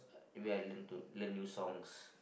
maybe I learn to learn new songs